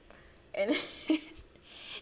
and